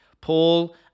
Paul